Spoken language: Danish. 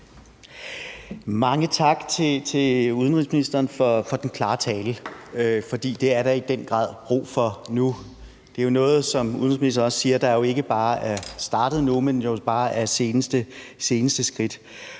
Mange tak til udenrigsministeren for den klare tale, for det er der i den grad brug for nu. Det er jo noget, der, som udenrigsministeren også siger, ikke bare er startet nu, men bare er det seneste skridt.